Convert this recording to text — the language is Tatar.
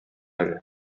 әле